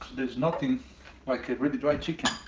there nothing like a really dry chicken.